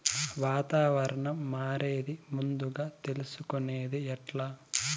వాతావరణం మారేది ముందుగా తెలుసుకొనేది ఎట్లా?